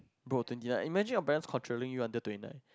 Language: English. bro twenty nine imagine your parents controlling you until twenty nine